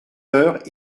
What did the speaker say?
heure